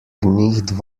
nicht